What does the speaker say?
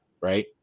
right